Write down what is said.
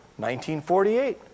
1948